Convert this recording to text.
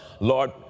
Lord